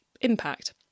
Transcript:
impact